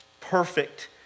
perfect